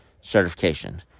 certification